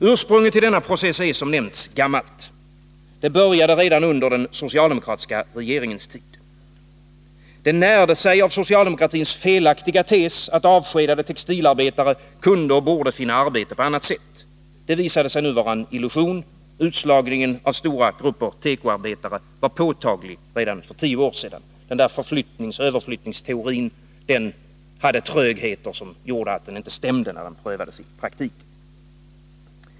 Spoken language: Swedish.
Ursprunget till denna process är, som nämnts, gammalt. Det började redan under den socialdemokratiska regeringens tid. Det närde sig av socialdemokratins felaktiga tes att avskedade textilarbetare kunde och borde finna arbete på annat sätt. Det visade sig nu vara en illusion — utslagningen av stora grupper tekoarbetare var påtaglig redan för tio år sedan. Överflyttningsteorin hade trögheter som gjorde att den inte stämde när den prövades i praktiken.